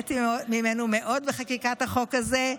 נהניתי ממנו מאוד בחקיקת הזה.